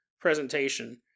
presentation